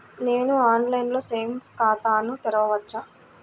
నేను ఆన్లైన్లో సేవింగ్స్ ఖాతాను తెరవవచ్చా?